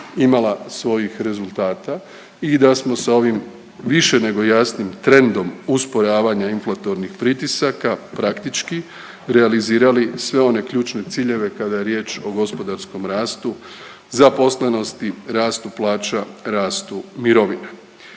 imala svojih rezultata i da smo sa ovim više nego jasnim trendom usporavanja inflatornih pritisaka praktički realizirali sve one ključne ciljeve kada je riječ o gospodarskom rastu, zaposlenosti, rastu plaća i rastu mirovina.